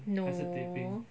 no